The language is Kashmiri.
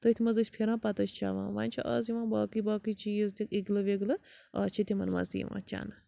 تٔتھۍ منٛز ٲسۍ پھِران پَتہٕ ٲسۍ چٮ۪وان وَنۍ چھِ آز یِوان باقٕے باقٕے چیٖز تہٕ اِگلہٕ وِگلہٕ آز چھِ تِمَن منٛز تہٕ یِوان چَنہٕ